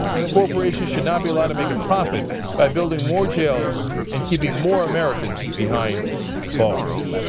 corporations should not be allowed to make a profit by building more jails and keeping more americans behind bars.